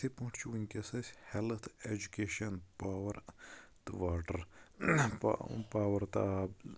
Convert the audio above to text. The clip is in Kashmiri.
تِتھٕے پٲٹھۍ چھُ ؤنٛکیٚس اَسہِ ہیلتھ اٮ۪جوکیٚشن پاور تہٕ واٹر پا پاور تہٕ آب